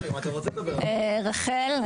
אני רחל,